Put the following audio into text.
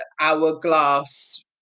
hourglass